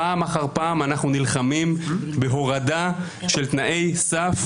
פעם אחר פעם אנחנו נלחמים בהורדה של תנאי סף,